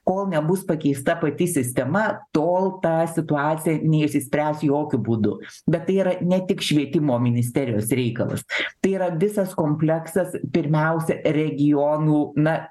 kol nebus pakeista pati sistema tol ta situacija neišsispręs jokiu būdu bet tai yra ne tik švietimo ministerijos reikalas tai yra visas kompleksas pirmiausia regionų na